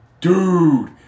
dude